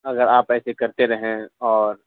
اگر آپ ایسے کرتے رہیں اور